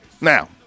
Now